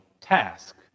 task